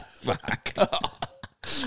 fuck